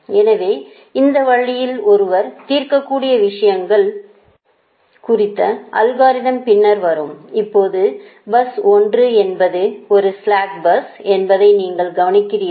எனவே இந்த வழியில் ஒருவர் தீர்க்கக்கூடிய விஷயங்கள் குறித்த அல்காரிதம் பின்னர் வரும் இப்போது பஸ் 1 என்பது ஒரு ஸ்ளாக் பஸ் என்பதை நீங்கள் கவனிக்கிறீர்கள்